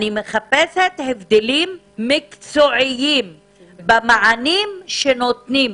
אני מחפשת הבדלים מקצועיים במענים שנותנים,